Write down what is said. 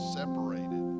separated